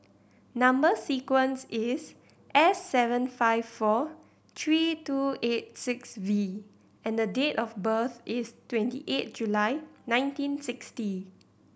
number sequence is S seven five four three two eight six V and date of birth is twenty eight July nineteen sixty